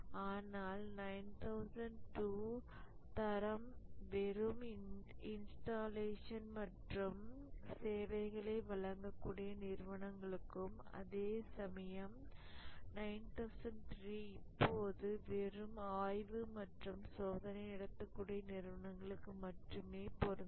ஆனால் 9002 தரம் வெறும் இன்ஸ்டாலேஷன் மற்றும் சேவைகளை வழங்க கூடிய நிறுவனங்களுக்கும் அதே சமயம் 9003 இப்போது வெறும் ஆய்வு மற்றும் சோதனை நடத்தக்கூடிய நிறுவனங்களுக்கு மட்டுமே பொருந்தும்